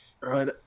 Right